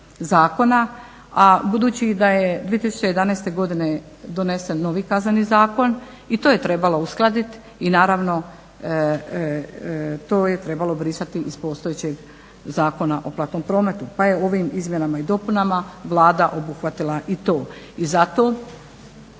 zakona, a budući da je 2011. godine donesen novi Kazneni zakon i to je trebalo uskladit i naravno to je trebalo brisati iz postojećeg Zakona o platnom prometu pa je ovim izmjenama i dopunama Vlada obuhvatila i to. I zato